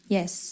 Yes